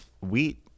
Wheat